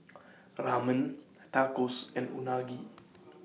Ramen Tacos and Unagi